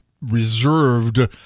reserved